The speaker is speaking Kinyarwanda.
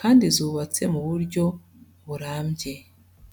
kandi zubatse mu buryo burambye.